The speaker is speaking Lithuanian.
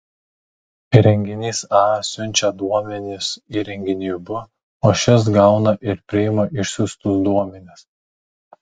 įrenginys a siunčia duomenis įrenginiui b o šis gauna ir priima išsiųstus duomenis